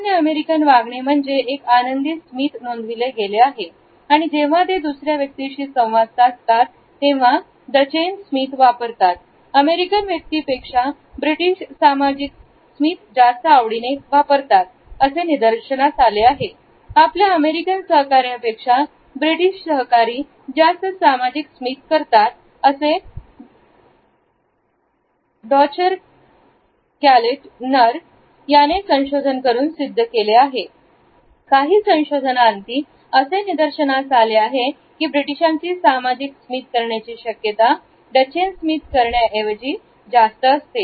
सामान्य अमेरिकन वागणे म्हणजे एक आनंदी स्मित नोंदविले गेले आहे आणि जेव्हा ते दुसऱ्या व्यक्तीशी संवाद साधतात तेव्हा द चेन स्मित वापरतात अमेरिकन व्यक्तीपेक्षा ब्रिटिश सामाजिक स्मित जास्त आवडीने वापरतात असे निदर्शनास आले आहे आपल्या अमेरिकन सहकाऱ्या पेक्षा ब्रिटिश सहकारी जास्त सामाजिक स्मित करतात असे डॉ चर कॅ लट नर त्याने संशोधन करून सिद्ध केले आहे काही संशोधनाअंती असे निदर्शनास आले आहे की ब्रिटिशांची सामाजिक स्मित करण्याची शक्यता द चेन स्मित करण्याऐवजी जास्त आहे